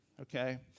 okay